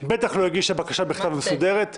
ובטח לא הגישה בקשה מסודרת בכתב,